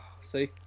See